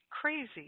crazy